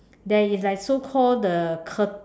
there is like so called the cur~